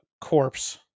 corpse